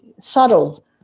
subtle